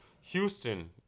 Houston